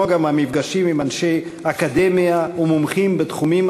כמו גם המפגשים עם אנשי אקדמיה ומומחים בתחומים